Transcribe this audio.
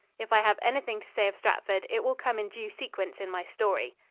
if i have anything to say of stratford, it will come in due sequence in my story.